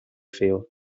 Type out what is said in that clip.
feo